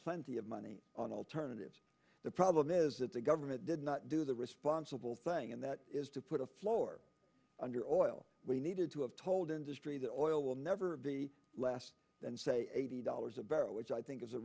plenty of money on alternatives the problem is that the government did not do the responsible thing and that is to put a floor under oil we needed to have told industry that oil will never be less than say eighty dollars a barrel which i think is a